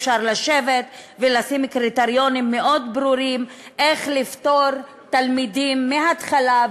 אפשר לשבת ולקבוע קריטריונים מאוד ברורים איך לפטור תלמידים מההתחלה,